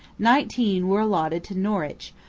nineteen were allotted to norwich,